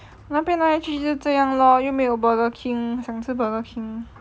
那边来来去去就是这样 lor 又没有 Burger King 想吃 Burger King